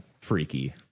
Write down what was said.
freaky